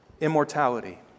immortality